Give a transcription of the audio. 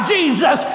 Jesus